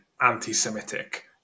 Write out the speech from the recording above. anti-Semitic